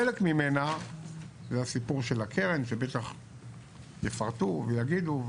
חלק ממנה זה הסיפור של הקרן שבטח יפרטו ויגידו,